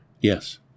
yes